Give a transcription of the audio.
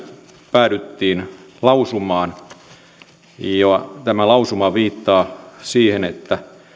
päädyttiin lausumaan ja tämä lausuma viittaa siihen että